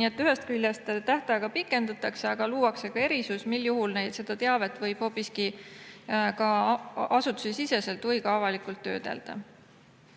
Nii et ühest küljest tähtaega pikendatakse, aga luuakse ka erisus, mis juhul seda teavet võib hoopiski asutusesiseselt või ka avalikult töödelda.